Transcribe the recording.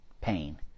pain